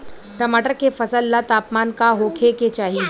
टमाटर के फसल ला तापमान का होखे के चाही?